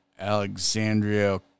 Alexandria